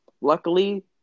Luckily